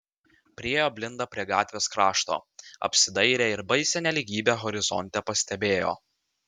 priėjo blinda prie gatvės krašto apsidairė ir baisią nelygybę horizonte pastebėjo